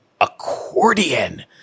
accordion